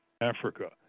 Africa